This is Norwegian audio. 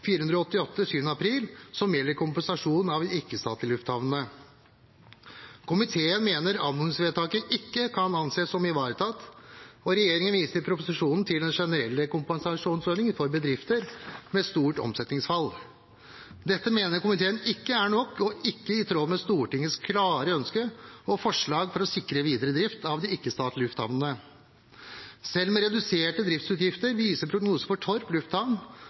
488 av 7. april, som gjelder kompensasjon av de ikke-statlige lufthavnene. Komiteen mener anmodningsvedtaket ikke kan anses som ivaretatt. Regjeringen viser i proposisjonen til den generelle kompensasjonsordningen for bedrifter med stort omsetningsfall. Dette mener komiteen ikke er nok og ikke i tråd med Stortingets klare ønske om og forslag for å sikre videre drift av de ikke-statlige lufthavnene. Selv med reduserte driftsutgifter viser prognosene for Torp lufthavn